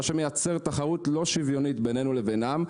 מה שמייצר תחרות לא שוויונית בינינו לבינם.